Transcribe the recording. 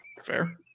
Fair